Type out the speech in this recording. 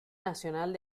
nacional